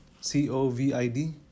c-o-v-i-d